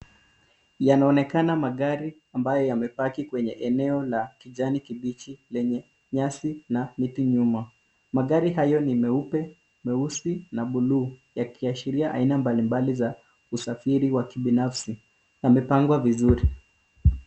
Yanaonekana magari ambayo yamepaki kwenye eneo la kijani kibichi lenye nyasi na miti nyuma. Magari hayo ni meupe, meusi na buluu, yakiashiria aina mbalimbali za usafiri wa kibinafsi, yamepangwa vizuri.